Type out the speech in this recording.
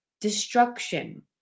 destruction